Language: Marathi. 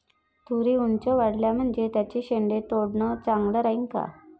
तुरी ऊंच वाढल्या म्हनजे त्याचे शेंडे तोडनं चांगलं राहीन का?